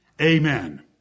Amen